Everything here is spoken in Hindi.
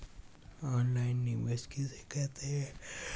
ऑनलाइन निवेश किसे कहते हैं?